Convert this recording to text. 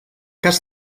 cas